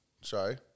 sorry